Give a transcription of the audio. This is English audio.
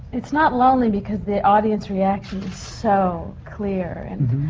it's not lonely, because the audience reaction is so clear. and